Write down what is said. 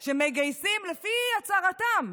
שמגייסים, לפי הצהרתם,